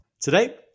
Today